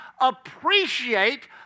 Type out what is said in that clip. appreciate